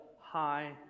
high